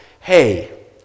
hey